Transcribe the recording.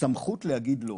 הסמכות להגיד לא,